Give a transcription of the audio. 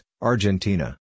Argentina